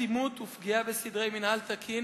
אטימות ופגיעה בסדרי מינהל תקין